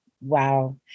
Wow